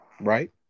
right